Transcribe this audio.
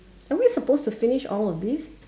are we supposed to finish all of these